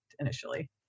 initially